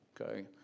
Okay